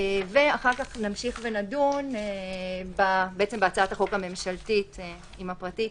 אחר כך נמשיך ונדון בהצעת החוק הממשלתית עם הפרטית,